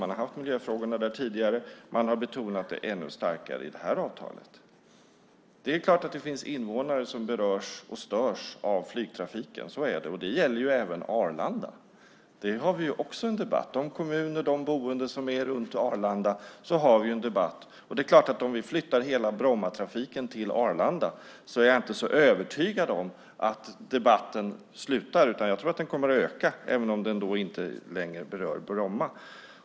Man har haft miljöfrågorna där tidigare, och man har betonat det ännu starkare i detta avtal. Det är klart att det finns invånare som berörs och störs av flygtrafiken. Så är det. Det gäller även Arlanda. Det har vi också en debatt om. I de kommuner och bland de boende som är runt Arlanda har vi en debatt. Om vi flyttar hela Brommatrafiken till Arlanda är jag inte så övertygad om att debatten slutar. Jag tror att den kommer att öka, även om den då inte berör Bromma.